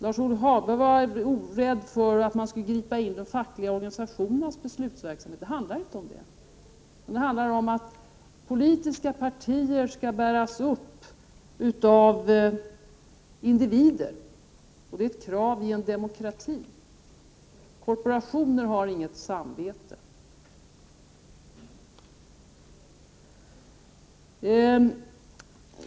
Lars-Ove Hagberg oroade sig för att man skulle gripa in i de fackliga organisationernas beslutsfattande. Det handlar inte om det, utan det handlar om att politiska partier skall bäras upp av individer. Det är ett krav i en demokrati som vår. Korporationer har inget samvete.